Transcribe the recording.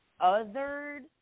othered